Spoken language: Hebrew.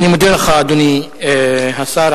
אדוני השר,